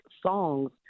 songs